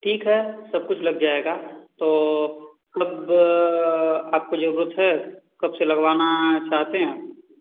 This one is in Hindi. ठीक है सब कुछ लग जाएगा तो कब आपको जरूरत है कब से लगवाना चाहते हैं आप